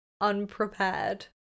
unprepared